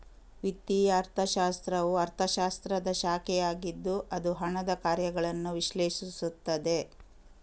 ವಿತ್ತೀಯ ಅರ್ಥಶಾಸ್ತ್ರವು ಅರ್ಥಶಾಸ್ತ್ರದ ಶಾಖೆಯಾಗಿದ್ದು ಅದು ಹಣದ ಕಾರ್ಯಗಳನ್ನು ವಿಶ್ಲೇಷಿಸುತ್ತದೆ